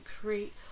create